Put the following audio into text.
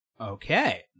Okay